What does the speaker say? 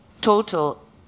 total